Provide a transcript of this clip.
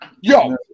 Yo